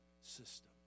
system